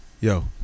Yo